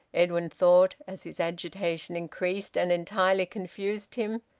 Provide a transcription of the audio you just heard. edwin thought, as his agitation increased and entirely confused him,